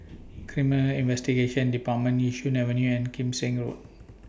Criminal Investigation department Yishun Avenue and Kim Seng Road